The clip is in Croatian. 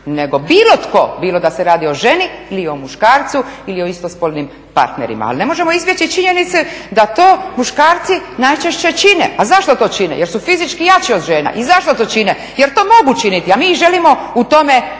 nego bilo tko, bilo da se radi o ženi ili o muškarcu ili o istospolnim partnerima. Ali ne možemo izbjeći činjenice da to muškarci najčešće čine. A zašto to čine? Jer su fizički jači od žena. I zašto to čine? Jer to mogu činiti, a mi ih želimo u tome spriječiti.